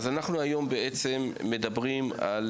אז אנחנו בעצם מדברים היום על